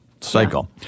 cycle